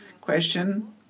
question